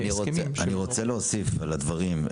אני רוצה להוסיף על הדברים.